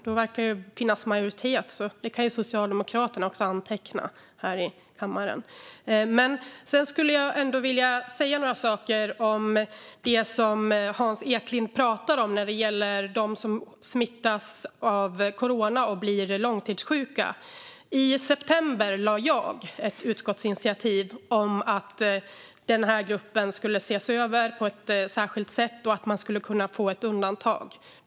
Det verkar finnas majoritet; det kan Socialdemokraterna anteckna här i kammaren. Jag skulle ändå vilja säga några saker om det som Hans Eklind pratar om när det gäller dem som smittas av corona och blir långtidssjuka. I september lade jag fram ett utskottsinitiativ om att denna grupp skulle ses över på ett särskilt sätt och att man skulle kunna få ett undantag.